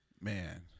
Man